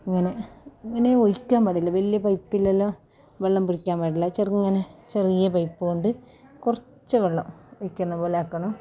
ഇങ്ങനെ ഇങ്ങനെ ഒഴിക്കാൻ പാടില്ല വലിയ വലിയ പൈപ്പിലെല്ലാം വെള്ളം പിടിക്കാൻ പാടില്ല ചെറുങ്ങനെ ചെറിയ പൈപ്പ് കൊണ്ട് കുറച്ച് വെള്ളം ഒഴിക്കുന്നത് പോലെ ആക്കണം